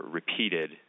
repeated